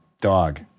dog